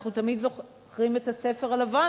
אנחנו תמיד זוכרים את הספר הלבן,